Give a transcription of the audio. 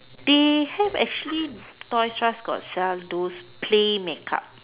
they have actually toys R us got sell those play makeup